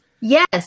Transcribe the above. Yes